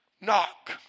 knock